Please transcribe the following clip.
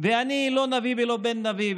ואני לא נביא ולא בן נביא,